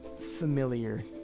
familiar